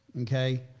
okay